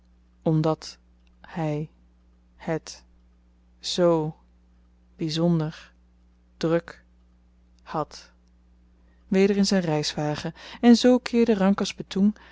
omdat hy het zoo byzonder druk had weder in zyn reiswagen en zoo keerde rangkas betoeng